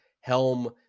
helm